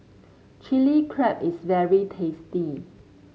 Chilli Crab is very tasty